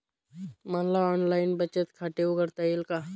मला ऑनलाइन बचत खाते उघडता येईल का?